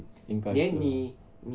hmm 应该是啦